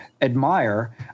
admire